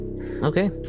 Okay